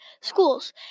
schools